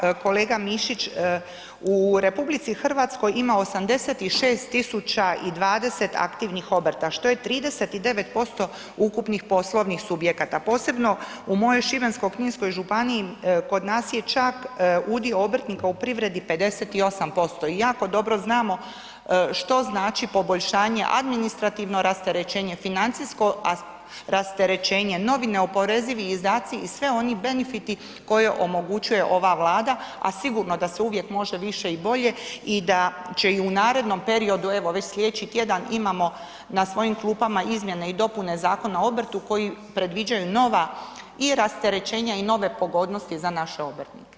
Hvala lijepo, istina, kolega Mišić u RH ima 86 020 aktivnih obrta, što je 39% ukupnih poslovnih subjekata, posebno u mojoj Šibensko-kninskoj županiji, kod nas je čak udio obrtnika u privredi 58% i jako dobro znamo što znači poboljšanje, administrativno rasterećenje, financijsko rasterećenje, novi neoporezivi izdaci i sve oni benifiti koje omogućuju ova Vlada, a sigurno da se uvijek može više i bolje i da će i u narednom periodu, evo već slijedeći tjedan imamo na svojim klupama izmjene i dopune Zakona o obrtu koji predviđaju nova i rasterećenja i nove pogodnosti za naše obrtnike.